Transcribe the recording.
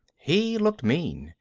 he looked mean.